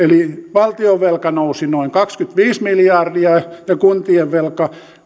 valtionvelka nousi noin kaksikymmentäviisi miljardia ja kuntien velka